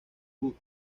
woods